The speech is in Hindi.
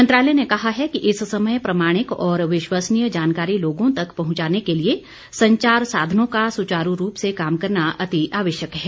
मंत्रालय ने कहा है कि इस समय प्रामाणिक और विश्वसनीय जानकारी लोगों तक पहुंचाने के लिए संचार साधनों का सुचारू रूप से काम करना अति आवश्यक है